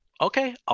okay